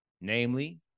Namely